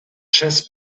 chess